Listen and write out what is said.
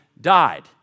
died